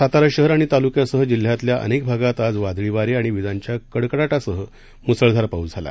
सातारा शहर आणि तालुक्यासह जिल्ह्यातल्या अनेक भागात आज वादळी वारे आणि वीजांच्या कडकडाटासह मुसळधार पाऊस झाला